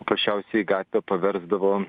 paprasčiausiai gatvę paversdavo